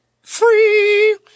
free